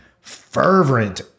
fervent